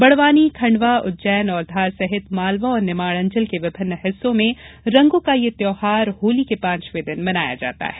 बड़वानी खण्डवा उज्जैन और धार सहित मालवा और निमाड़ अंचल के विभिन्न हिस्सों में रंगों का ये त्यौहार होली के पांचवे दिन मनाया जाता है